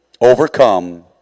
overcome